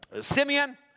Simeon